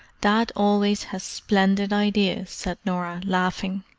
dad always has splendid ideas, said norah, laughing.